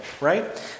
right